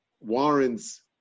warrants